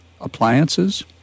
appliances